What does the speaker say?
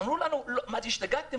אמרו לנו: השתגעתם?